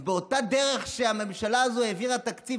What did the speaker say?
אז באותה דרך שהממשלה הזאת העבירה תקציב